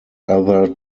other